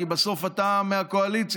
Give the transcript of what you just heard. כי בסוף אתה מהקואליציה.